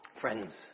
Friends